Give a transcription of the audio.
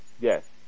Yes